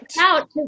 out